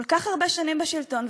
כל כך הרבה שנים בשלטון,